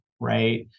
right